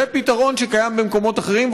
זה פתרון שקיים במקומות אחרים,